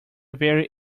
very